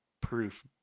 proof